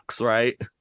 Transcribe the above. right